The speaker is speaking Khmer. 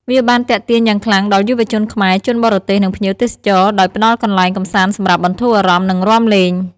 វាបានទាក់ទាញយ៉ាងខ្លាំងដល់យុវជនខ្មែរ ជនបរទេស និងភ្ញៀវទេសចរ ដោយផ្តល់កន្លែងកម្សាន្តសម្រាប់បន្ធូរអារម្មណ៍ និងរាំលេង។